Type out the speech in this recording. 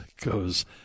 goes